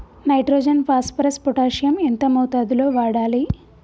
Nitrogen phosphorus potassium ఎంత మోతాదు లో వాడాలి?